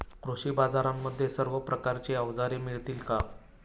कृषी बाजारांमध्ये सर्व प्रकारची अवजारे मिळतील का?